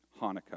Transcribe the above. Hanukkah